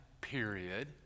period